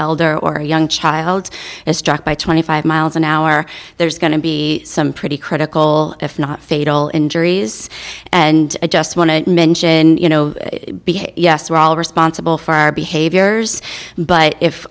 elder or a young child as struck by twenty five miles an hour there's going to be some pretty critical if not fatal injuries and i just want to mention you know yes we're all responsible for our behaviors but if